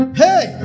hey